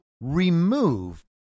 remove